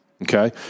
Okay